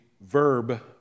verb